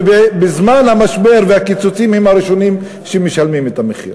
ובזמן המשבר והקיצוצים הם הראשונים שמשלמים את המחיר.